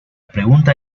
pregunta